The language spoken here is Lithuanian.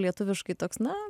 lietuviškai toks na